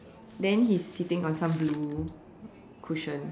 then he's sitting on some blue cushion